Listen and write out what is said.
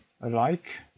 alike